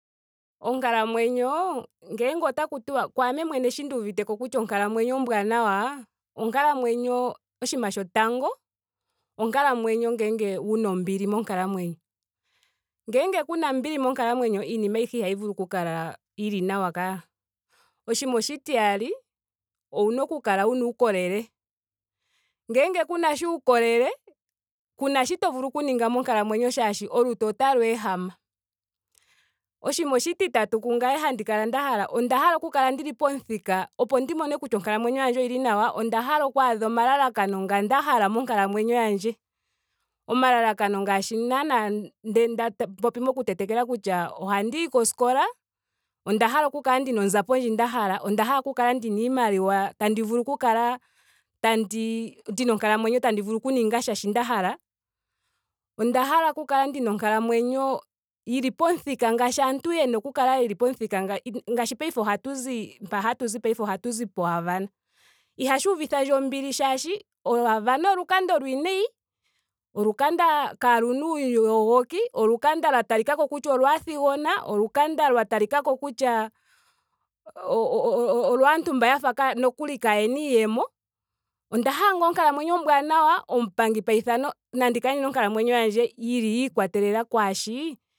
Onkalamwenyo ngele otaku tiwa. kungame mwene sho nduuvite kutya onkalamwenyo ombwaanawa. onkalamwenyo. oshinima shotango. onkalamwenyo ngele wuna ombili monkalamwenyo. Ngele kuna ombili monkalamwenyo. iinima ayihe ihayi vulu oku kala yili nawa kaa. Oshinima oshitiyali owuna oku kala wuna uukolele. Ngele kunasha uukolele. kuna sho to vulu oku ninga monkalamwenyo shaashi olutu otalu ehama. Oshinima oshititatu kungame handi kala nda hala. onda hala oku kala ndili pomuthika opo ndi mone kutya onkalamwenyo yandje oyili nawa. onda hala okwaadha omalalakano nga nda hala monkalamwenyo yandje. Omalalakano ngaashi naana nda popi moku tetekela kutya ohandi yi koskola. onda hala oku kala ndina onzapo ndji nda hala. onda hala oku kala ndina iimaliwa. tandi vulu oku kala tandi. ndina onkalamwenyo tandi vulu oku ninga sha shoka nda hala. onda hala kukala ndina onkalamwenyo yili pomuthika ngaashi aantu yena oku kala yeli pomuthika nga- ngaashi paife ohatu zi. mpa hatu zi po havana. ihashi uvithandje ombili shaashi o havana olukanda olwiinayi. olukanda kaalluna uuyogoki. olukanda lwa talikako kutya olwaathigona. olukanda lwa talikako kutya o- o- olwaantu mba yafa nokuli kaayena iiyemo. Onda hala ngaa onkalamwenyo ombwaanawa. omupangi paithano. nandi kale ndina onkalamwenyo yandje yili yiikwatelela kwaashi